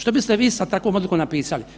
Što biste vi sa takvom odlukom napisali?